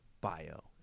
bio